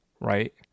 right